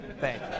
Thank